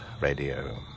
radio